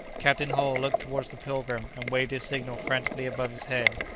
captain hull looked towards the pilgrim, and waved his signal frantically above his head.